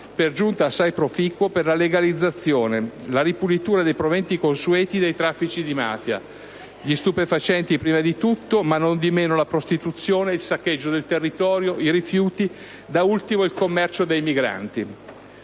per giunta assai proficuo, per la legalizzazione, la ripulitura dei proventi consueti dei traffici di mafia: gli stupefacenti, prima di tutto, ma non di meno la prostituzione, il saccheggio del territorio, i rifiuti e, da ultimo, il commercio dei migranti.